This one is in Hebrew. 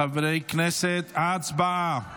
חברי הכנסת, הצבעה.